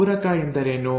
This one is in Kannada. ಪೂರಕ ಎಂದರೇನು